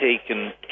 taken